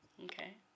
Okay